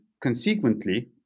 consequently